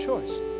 choice